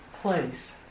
place